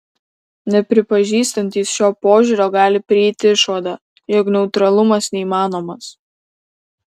nepripažįstantys šio požiūrio gali prieiti išvadą jog neutralumas neįmanomas